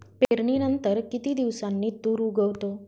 पेरणीनंतर किती दिवसांनी तूर उगवतो?